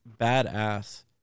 badass